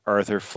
Arthur